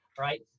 right